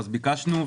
אז ביקשנו,